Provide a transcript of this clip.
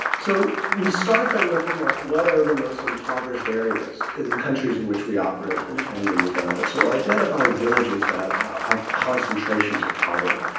so we start by looking at what are the most impoverished areas in the countries in which we operate, in kenya and uganda, so identify villages that have concentrations of poverty.